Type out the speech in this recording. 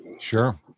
Sure